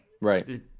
Right